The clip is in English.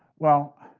well,